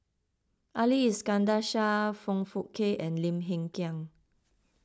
Ali Iskandar Shah Foong Fook Kay and Lim Hng Kiang